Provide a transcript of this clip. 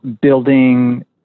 building